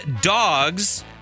dogs